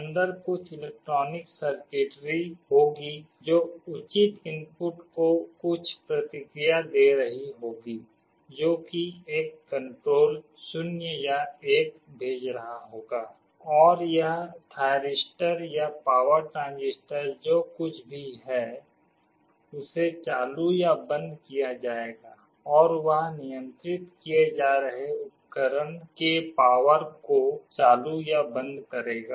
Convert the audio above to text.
अंदर कुछ electronic circuitry होगी जो उचित इनपुट को कुछ प्रतिक्रिया दे रही होगी जो कि एक कण्ट्रोल 0 या 1 भेज रहा होगा और यह थायरिस्टर या पावर ट्रांजिस्टर जो कुछ भी है उसे चालू या बंद किया जाएगा और वह नियंत्रित किये जा रहे उपकरण के पावर को चालू या बंद करेगा